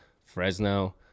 Fresno